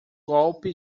golpe